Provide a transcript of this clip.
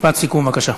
משפט סיכום, בבקשה.